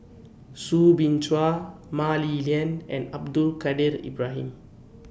Soo Bin Chua Mah Li Lian and Abdul Kadir Ibrahim